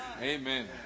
Amen